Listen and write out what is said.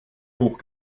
hoch